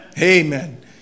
Amen